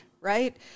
right